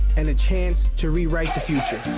and a chance to rewrite the future.